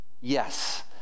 yes